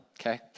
okay